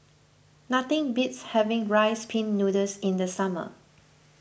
nothing beats having Rice Pin Noodles in the summer